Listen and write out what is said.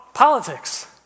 Politics